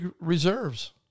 reserves